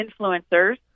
influencers